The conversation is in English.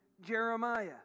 Jeremiah